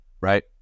right